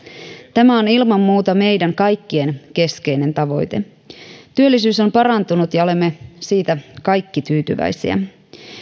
tämä on ilman muuta meidän kaikkien keskeinen tavoite työllisyys on parantunut ja olemme siitä kaikki tyytyväisiä